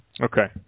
Okay